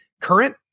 current